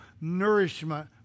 nourishment